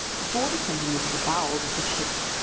before descending into the bowels of the ship,